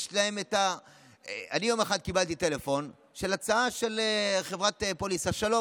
יום אחד קיבלתי טלפון של הצעה של חברת לפוליסה: שלום,